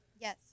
Yes